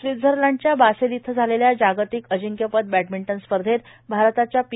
स्वित्झरलँडच्या Basel इथं झालेल्या जागतिक अजिंक्यपद बॅडमिंटन स्पर्धेत भारताच्या पी